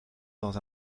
dans